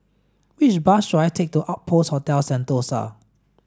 which bus should I take to Outpost Hotel Sentosa